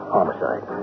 Homicide